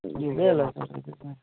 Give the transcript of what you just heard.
ಇದೆ ಅಲ್ಲ ಸರ್ ಅದಕ್ಕೆ